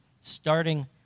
starting